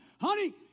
Honey